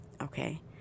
okay